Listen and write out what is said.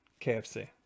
KFC